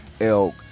elk